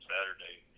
Saturday